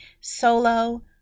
solo